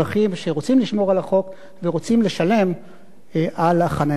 לשמור על החוק ורוצים לשלם על החנייה שלהם.